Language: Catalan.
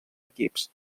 equips